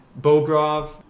Bogrov